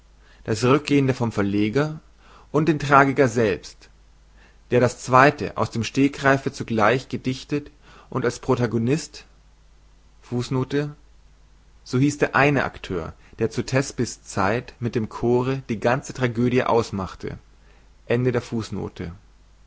das rükgehende vom verleger und den tragiker selbst der das zweite aus dem stegereife zugleich gedichtet und als protagonistso hieß der eine akteur der zu tespis zeit mit dem chore die ganze tragödie ausmachte